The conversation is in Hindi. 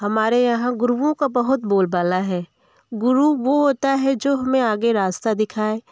हमारे यहाँ गुरुओं का बहुत बोलबाला है गुरु वो होता है जो हमें आगे रास्ता दिखाए